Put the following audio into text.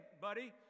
buddy